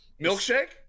Milkshake